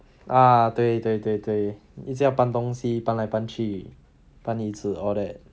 uh 对对对对一直要搬东西搬来搬去搬椅子 all that